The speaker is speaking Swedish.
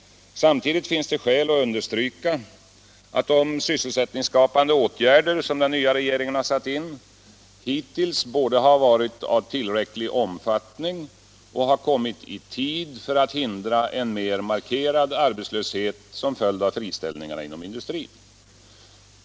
Samtidigt finns det skäl att understryka att de sysselsättningsskapande åtgärder som den nya regeringen har satt in hittills både varit av tillräcklig omfattning och kommit i tid för att hindra en mer markerad arbetslöshet som följd av friställningarna inom industrin.